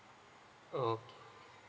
okay